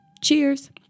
Cheers